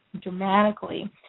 dramatically